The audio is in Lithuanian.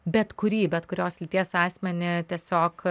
bet kurį bet kurios lyties asmenį tiesiog